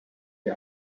武将